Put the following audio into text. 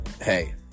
hey